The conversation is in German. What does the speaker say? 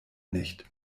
nicht